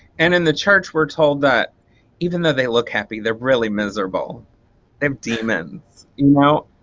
and in the church we're told that even though they look happy they're really miserable they have demons you know?